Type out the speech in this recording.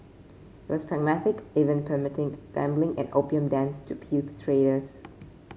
he was pragmatic even permitting gambling and opium dens to appeal to traders